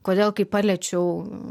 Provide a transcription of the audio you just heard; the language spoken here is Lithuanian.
kodėl kai paliečiau